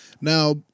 Now